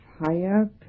higher